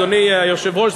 אדוני היושב-ראש,